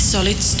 Solid